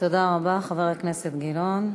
תודה רבה, חבר הכנסת גילאון.